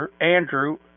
Andrew